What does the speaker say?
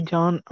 John